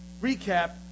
Recap